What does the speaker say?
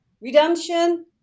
redemption